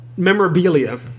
Memorabilia